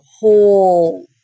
whole